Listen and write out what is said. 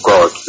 God